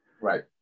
Right